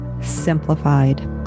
Simplified